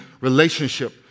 relationship